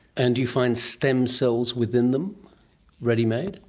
and do you find stem cells within them ready made?